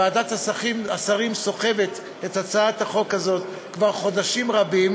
ועדת השרים סוחבת את הצעת החוק הזו כבר חודשים רבים,